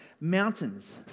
mountains